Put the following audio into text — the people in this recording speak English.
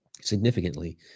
significantly